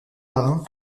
marins